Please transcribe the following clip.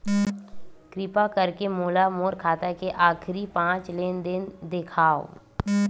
किरपा करके मोला मोर खाता के आखिरी पांच लेन देन देखाव